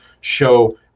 show